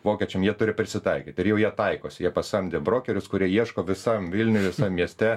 vokiečiam jie turi prisitaikyt ir jau jie taikosi jie pasamdė brokerius kurie ieško visam vilniuj visam mieste